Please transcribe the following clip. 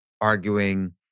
arguing